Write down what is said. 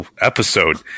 episode